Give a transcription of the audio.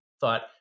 thought